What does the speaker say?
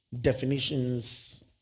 definitions